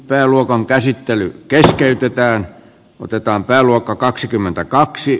pääluokan käsittely keskeytetään muutetaan pääluokka kaksikymmentäkaksi